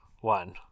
one